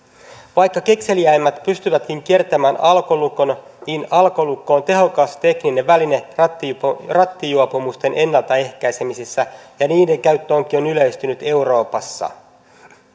vaikka kekseliäimmät pystyvätkin kiertämään alkolukon niin alkolukko on tehokas tekninen väline rattijuopumusten ennaltaehkäisemisessä ja niiden käyttö onkin yleistynyt euroopassa